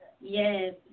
Yes